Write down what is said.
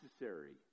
necessary